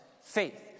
faith